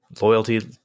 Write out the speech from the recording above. loyalty